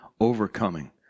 overcoming